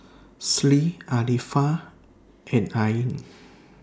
Sri Arifa and Ain